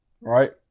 right